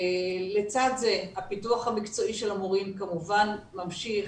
לצד זה הפיתוח המקצועי של המורים כמובן ממשיך,